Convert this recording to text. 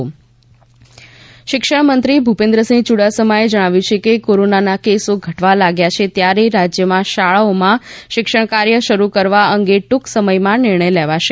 શાળા શિક્ષણમંત્રી ભુપેન્દ્રસિંહ યુડાસમાએ જણાવ્યું છે કે કોરોનાના કેસો ઘટવા લાગ્યા છે ત્યારે રાજ્યમાં શાળાઓમાં શિક્ષણકાર્ય શરૂ કરવા અંગે ટુંક સમયમાં નિર્ણય લેવાશે